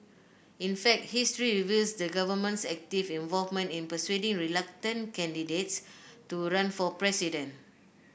in fact history reveals the government's active involvement in persuading reluctant candidates to run for president